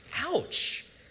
Ouch